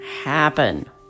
happen